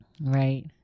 Right